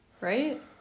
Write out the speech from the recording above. Right